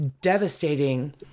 devastating